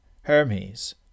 Hermes